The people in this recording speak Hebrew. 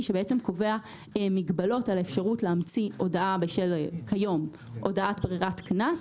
שבעצם קובע מגבלות על האפשרות להמציא כיום הודעה על ברירת קנס.